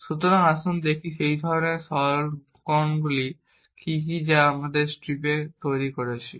সুতরাং আসুন দেখি সেই ধরনের সরলীকরণগুলি কী কী যা আমরা স্ট্রিপে তৈরি করছি